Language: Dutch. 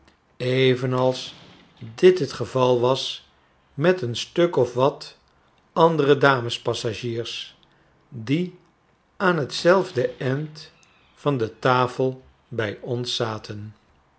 evenals dit het geval was m r et een stuk of wat andere damespassagiers die aan t zelfde end van de tafel bij ons zaten